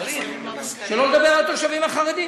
שלא לדבר על התושבים החרדים.